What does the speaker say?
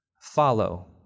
Follow